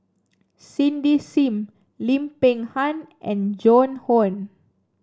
Cindy Sim Lim Peng Han and Joan Hon